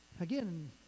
again